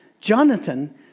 jonathan